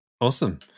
Awesome